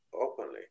openly